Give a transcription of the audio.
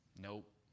Nope